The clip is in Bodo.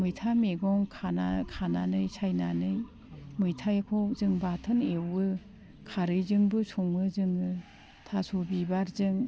मैथा मैगं खानानै सायनानै मैथाखौ जों बाथोन एवो खारैजोंबो सङो जोङो थास' बिबारजों